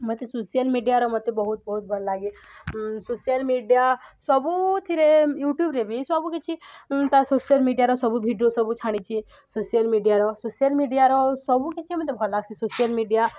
ମତେ ସୋସିଆଲ ମିଡ଼ିଆର ମତେ ବହୁତ ବହୁତ ଭଲ ଲାଗେ ସୋସିଆଲ ମିଡ଼ିଆ ସବୁଥିରେ ୟୁଟ୍ୟୁବରେ ବି ସବୁ କିଛି ତା ସୋସିଆଲ ମିଡ଼ିଆର ସବୁ ଭିଡ଼ିଓ ସବୁ ଛାଡ଼ିଚି ସୋସିଆଲ ମିଡ଼ିଆର ସୋସିଆଲ ମିଡ଼ିଆର ସବୁ କିଛି ମତେ ଭଲ ଲାଗସି ସୋସିଆଲ ମିଡ଼ିଆ